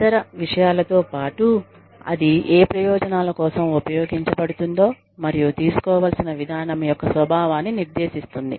ఇతర విషయాలతోపాటు అది ఏ ప్రయోజనాల కోసం ఉపయోగించబడుతుందో మరియు తీసుకోవలసిన విధానం యొక్క స్వభావాన్ని నిర్దేశిస్తుంది